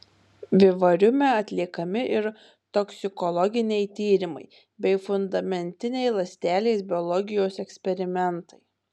vivariume atliekami ir toksikologiniai tyrimai bei fundamentiniai ląstelės biologijos eksperimentai